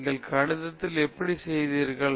நீங்கள் கணிதத்தில் எப்படி செய்தீர்கள்